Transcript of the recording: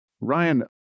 Ryan